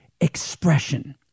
expression